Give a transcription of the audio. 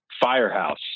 firehouse